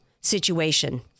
situation